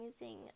using